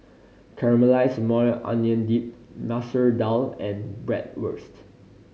Caramelized Maui Onion Dip Masoor Dal and Bratwurst